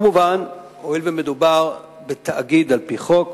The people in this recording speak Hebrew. מובן שהואיל ומדובר בתאגיד על-פי חוק,